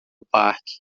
parque